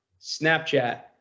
Snapchat